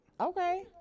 Okay